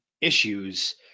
issues